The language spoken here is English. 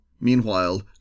meanwhile